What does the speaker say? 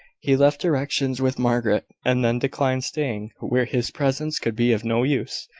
he left directions with margaret, and then declined staying where his presence could be of no use,